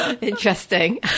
interesting